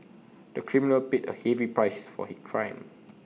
the criminal paid A heavy price for his crime